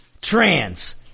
Trans